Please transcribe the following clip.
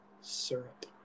Syrup